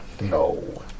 No